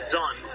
done